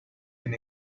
been